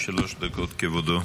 שלוש דקות, כבודו.